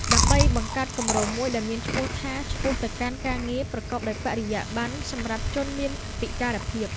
ដើម្បីបង្កើតគម្រោងមួយដែលមានឈ្មោះថា "ឆ្ពោះទៅកាន់ការងារប្រកបដោយបរិយាប័ន្នសម្រាប់ជនមានពិការភាព"។